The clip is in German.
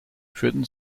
führten